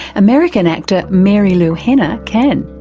american actor marilu henner can.